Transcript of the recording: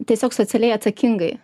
tiesiog socialiai atsakingai